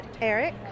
Eric